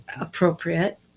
appropriate